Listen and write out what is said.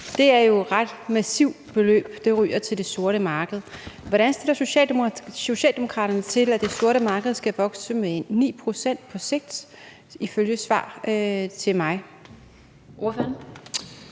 Det er jo et ret massivt beløb, der ryger til det sorte marked. Hvordan stiller Socialdemokraterne sig til, at det sorte marked vil vokse med 9 pct. på sigt ifølge svar, jeg har